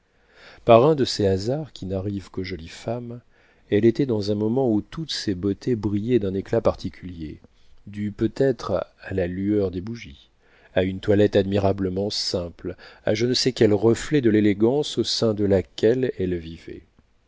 par un de ces hasards qui n'arrivent qu'aux jolies femmes elle était dans un moment où toutes ses beautés brillaient d'un éclat particulier dû peut-être à la lueur des bougies à une toilette admirablement simple à je ne sais quel reflet de l'élégance au sein de laquelle elle vivait